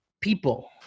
people